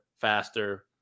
faster